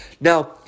Now